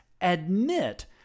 admit